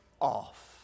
off